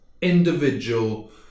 individual